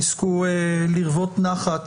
תזכו לרוות נחת